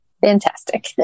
Fantastic